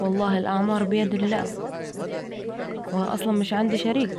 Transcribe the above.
والله الاعمار بيد الله وانا اصلا مش عندي شريك